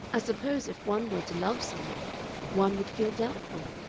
i suppose if one were to love some one, one would feel doubtful.